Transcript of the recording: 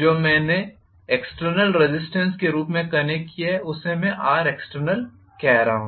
जो मैंने external resistance के रूप में कनेक्ट किया है उसे मैं Rextकह रहा हूं